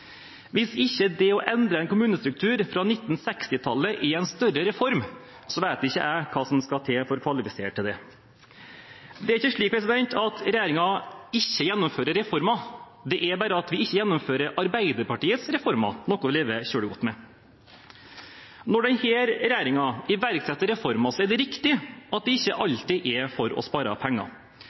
Hvis ikke det å endre en kommunestruktur fra 1960-tallet er en større reform, vet ikke jeg hva som skal til for å kvalifisere til det. Det er ikke slik at regjeringen ikke gjennomfører reformer, det er bare at vi ikke gjennomfører Arbeiderpartiets reformer, noe jeg lever veldig godt med. Når denne regjeringen iverksetter reformer, er det riktig at det ikke alltid er for å spare penger.